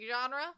genre